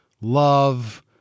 love